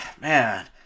man